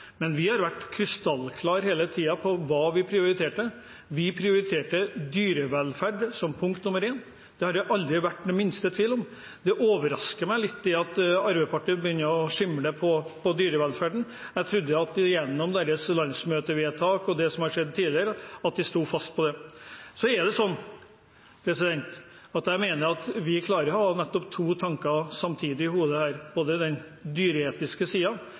Men vi har hele tiden vært krystallklar på hva vi prioriterte. Vi prioriterte dyrevelferd som punkt nr. én. Det har det aldri vært den minste tvil om. Det overrasker meg litt at Arbeiderpartiet begynner å skimle når det gjelder dyrevelferden. Jeg trodde at de gjennom landsmøtevedtak og det som har skjedd tidligere, sto fast på det. Jeg mener at vi klarer å ha nettopp to tanker samtidig i hodet – både den